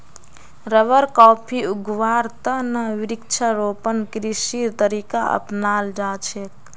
rubber, coffee उगव्वार त न वृक्षारोपण कृषिर तरीका अपनाल जा छेक